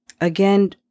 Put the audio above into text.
Again